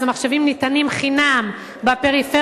אז המחשבים ניתנים חינם בפריפריה,